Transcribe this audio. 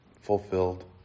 fulfilled